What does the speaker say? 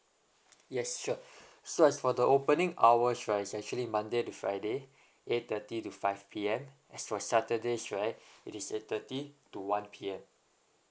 yes sure so as for the opening hours right is actually monday to friday eight thirty to five P_M as for saturdays right it is eight thirty to one P_M